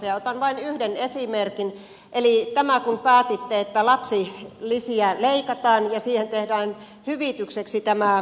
otan vain yhden esimerkin eli tämän kun päätitte että lapsilisiä leikataan ja siihen tehdään hyvitykseksi lapsivähennysjärjestelmä